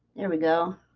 there we go